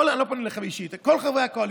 אני לא פונה אליך אישית אלא לכל חברי הקואליציה.